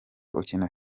ukina